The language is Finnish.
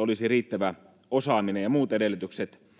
olisi riittävä osaaminen ja muut edellytykset